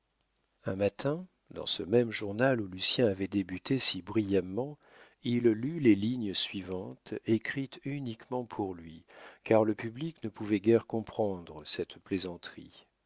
un matin dans ce même journal où lucien avait débuté si brillamment il lut les lignes suivantes écrites uniquement pour lui car le public ne pouvait guère comprendre cette plaisanterie